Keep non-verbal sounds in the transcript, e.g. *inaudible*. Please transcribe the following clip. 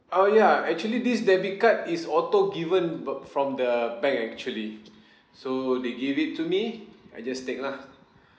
oh ya actually this debit card is auto given b~ from the bank actually *breath* so they give it to me I just take lah